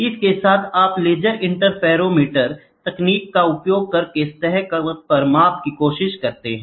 इसके साथ आप लेजर इंटरफेरोमीटर तकनीकों का उपयोग करके सतह पर मापने की कोशिश कर सकते हैं